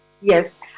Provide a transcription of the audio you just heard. Yes